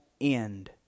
end